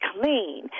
clean